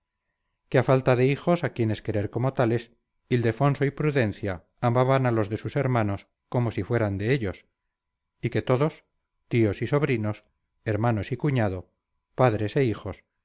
que a falta de hijos a quienes querer como tales ildefonso y prudencia amaban a los de sus hermanos como si fueran de ellos y que todos tíos y sobrinos hermanos y cuñado padres e hijos